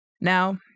Now